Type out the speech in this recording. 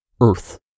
earth